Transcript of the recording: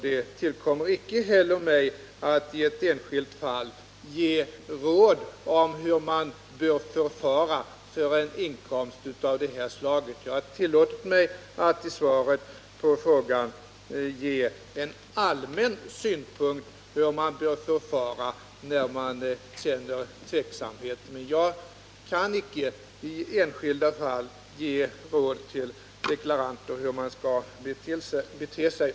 Det tillkommer icke heller mig att i ett enskilt fall ge råd om hur man bör förfara med en inkomst av det här slaget. Jag har tillåtit mig att i svaret på frågan ge en allmän syn på hur man bör förfara när man känner tveksamhet, men jag kan icke i enskilda fall ge råd till deklaranter hur de skall bete sig.